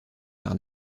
par